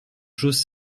choses